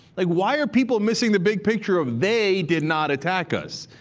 like why are people missing the big picture of they did not attack us?